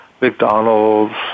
McDonald's